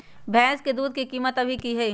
भैंस के दूध के कीमत अभी की हई?